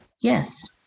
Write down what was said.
yes